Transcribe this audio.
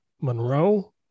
Monroe